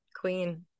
queen